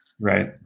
Right